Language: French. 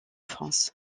france